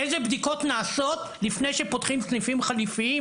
איזה בדיקות נעשות לפני שפותחים סניפים חליפיים